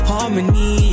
Harmony